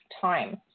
time